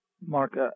Mark